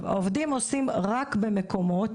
העובדים עושים את הבדיקות רק במקומות